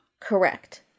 Correct